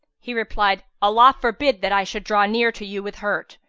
he replied, allah forbid that i should draw near to you with hurt!